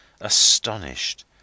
astonished